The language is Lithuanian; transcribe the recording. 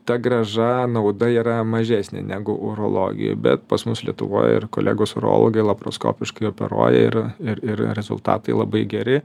ta grąža nauda yra mažesnė negu urologijoj bet pas mus lietuvoj ir kolegos urologai laparoskopiškai operuoja ir ir ir rezultatai labai geri